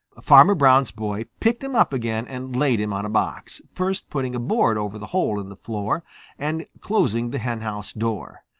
farmer brown's boy picked him up again and laid him on a box, first putting a board over the hole in the floor and closing the henhouse door.